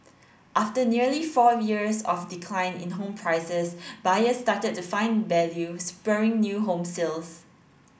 after nearly four years of decline in home prices buyers started to find value spurring new home sales